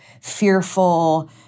fearful